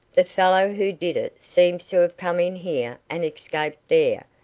the fellow who did it seems to have come in here and escaped there,